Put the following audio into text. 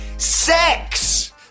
Sex